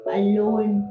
alone